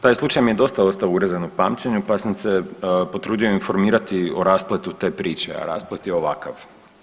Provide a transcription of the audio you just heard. Taj slučaj mi je dosta ostao urezan u pamćenju pa sam se potrudio informirati o raspletu te priče, a rasplet je ovakav.